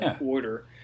order